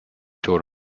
tore